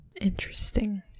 Interesting